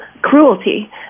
cruelty